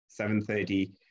7.30